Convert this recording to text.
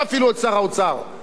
ומול מה אנחנו עומדים עכשיו?